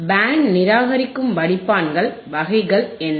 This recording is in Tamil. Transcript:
பேண்ட் நிராகரிக்கும் வடிப்பான்கள் வகைகள் என்ன